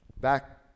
Back